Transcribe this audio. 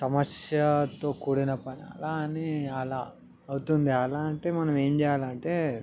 సమస్యతో కూడిన పని అలా అని అలా అవుతుంది అలా అంటే మనం ఏం చేయాలి అంటే